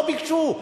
לא ביקשו.